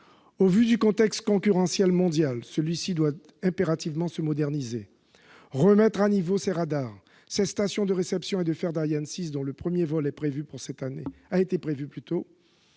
au vu du contexte concurrentiel mondial : il doit impérativement se moderniser et remettre à niveau ses radars et stations de réception pour faire d'Ariane 6, dont le premier vol est prévu pour cette